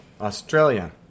Australia